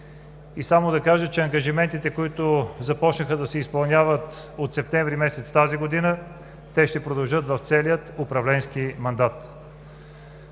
Само да кажа, че ангажиментите, които започнаха да се изпълняват от септември месец тази година, ще продължат в целия управленски мандат.